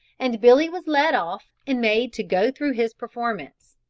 and billy was led off and made to go through his performance.